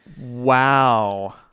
wow